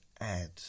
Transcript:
add